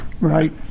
Right